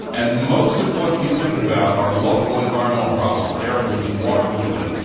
and most of what we think about are local environmental problems air pollution, water pollution,